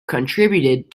contributed